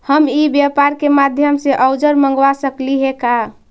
हम ई व्यापार के माध्यम से औजर मँगवा सकली हे का?